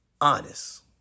honest